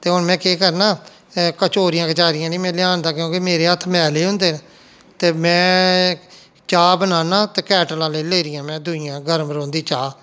ते हून में केह् करना कचोरियां कचारियां निं में लेहानदा क्यूंकि मेरे हत्थ मैले होंदे न ते में चाह् बनाना ते केटलां लेई लेदियां में दूइयां गरम रौंह्दी चाह्